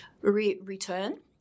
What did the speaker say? return